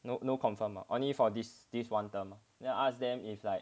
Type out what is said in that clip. no no confirm only for this this one term then I ask them if like